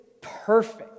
perfect